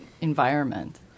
environment